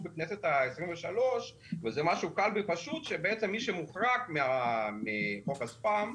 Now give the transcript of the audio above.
בכנסת ה-23 וזה משהו קל ופשוט שבעצם מי שמוחרג מחוק הספאם,